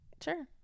sure